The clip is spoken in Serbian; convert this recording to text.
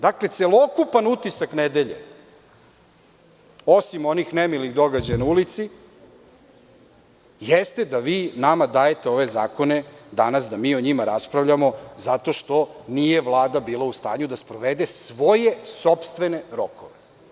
Dakle, celokupan utisak nedelje, osim onih nemilih događaja na ulici, jeste da vi nama dajete ove zakone danas da mi o njima raspravljamo zato što nije Vlada bila u stanju da sprovede svoje sopstvene rokove.